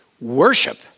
worship